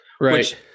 right